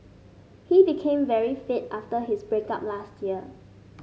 he became very fit after his break up last year